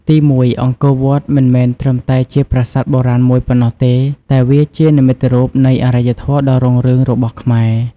ទីមួយ អង្គរវត្តមិនមែនត្រឹមតែជាប្រាសាទបុរាណមួយប៉ុណ្ណោះទេ តែវាជានិមិត្តរូបនៃអរិយធម៌ដ៏រុងរឿងរបស់ខ្មែរ។